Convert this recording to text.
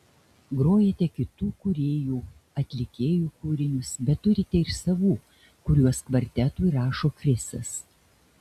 grojate kitų kūrėjų atlikėjų kūrinius bet turite ir savų kuriuos kvartetui rašo chrisas